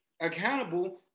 accountable